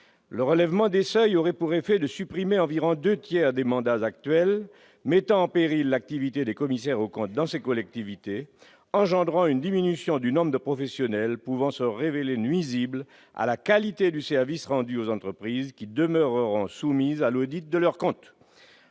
Le relèvement des seuils aurait pour effet de supprimer environ deux tiers des mandats actuels, mettant en péril l'activité des commissaires aux comptes dans ces collectivités, et engendrant une diminution du nombre de professionnels, ce qui pourrait se révéler nuisible pour la qualité du service rendu aux entreprises qui demeureront soumises à un audit de leurs comptes.